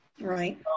Right